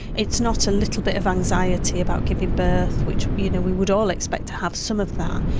it's not a little bit of anxiety about giving birth which you know we would all expect to have some of that,